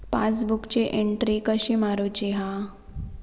पासबुकाची एन्ट्री कशी मारुची हा?